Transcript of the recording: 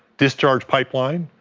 discharge pipeline,